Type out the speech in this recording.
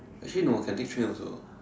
actually no can take train also